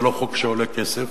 זה חוק שלא עולה כסף,